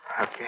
Okay